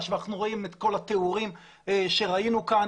ואנחנו רואים את כל התיאורים שראינו כאן.